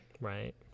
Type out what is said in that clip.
Right